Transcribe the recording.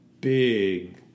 big